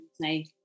say